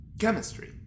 chemistry